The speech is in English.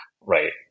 right